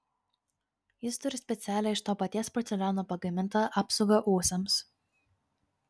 jis turi specialią iš to paties porceliano pagamintą apsaugą ūsams